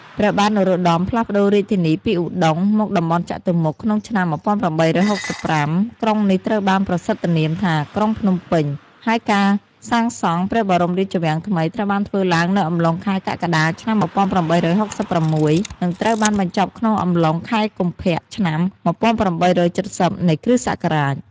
ព្រះបាទ នរោត្តម ផ្លាស់ប្ដូររាជធានី ពីឧដុង្គ មកតំបន់ចតុមុខ ក្នុងឆ្នាំ ១៨៦៥ ក្រុងនេះត្រូវបានប្រសិទ្ធនាមថា ក្រុងភ្នំពេញ ហើយការសាងសង់ព្រះបរមរាជវាំងថ្មី ត្រូវបានធ្វើឡើងនៅអំឡុងខែ កក្កដា ឆ្នាំ ១៨៦៦ និង ត្រូវបានបញ្ចប់ក្នុងអំឡុង ខែកុម្ភៈ ឆ្នាំ ១៨៧០ នៃគ.សករាជ ។